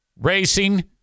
Racing